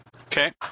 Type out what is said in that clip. Okay